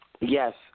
Yes